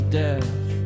death